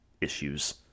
issues